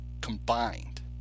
combined